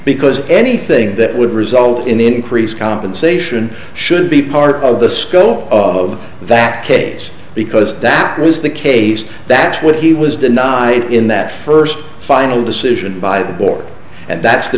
because anything that would result in increased compensation should be part of the skull of that case because that was the case that's what he was denied in that first final decision by the board and that's the